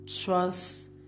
Trust